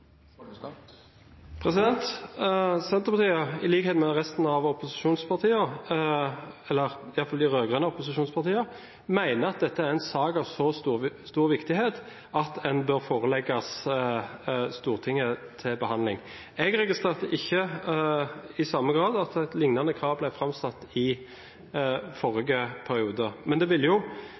no? Senterpartiet – i likhet med resten med opposisjonspartiene, i alle fall med de rød-grønne opposisjonspartiene – mener at dette er en sak av så stor viktighet at den bør forelegges Stortinget til behandling. Jeg registrerte ikke i samme grad at et liknende krav ble framsatt i forrige periode. Vi kan vedta at dette skal skje, men